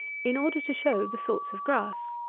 in order to show the sorts of grass.